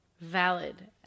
Valid